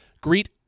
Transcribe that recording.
Greet